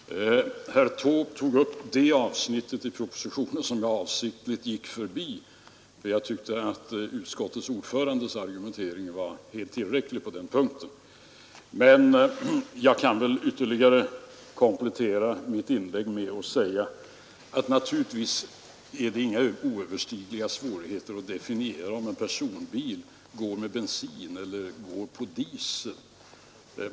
Herr talman! Herr Taube tog upp det avsnitt i propositionen som jag avsiktligt gick förbi, eftersom jag tyckte att utskottets ordförandes argumentering var helt tillräcklig på den punkten. Men jag kan väl komplettera mitt inlägg med att säga att naturligtvis är det inga oöverstigliga svårigheter att definiera om en personbil går med bensin eller med dieselolja.